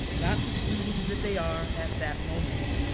not the students that they are at that moment.